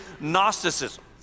Gnosticism